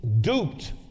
duped